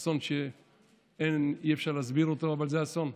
אסון שאי-אפשר להסביר אותו, אבל זה אסון.